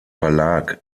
verlag